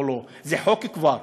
זה כבר חוק,